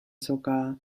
sogar